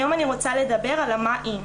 היום אני רוצה לדבר על ה'מה אם'.